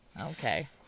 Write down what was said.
Okay